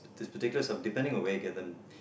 this particular sub~ depending on where you get them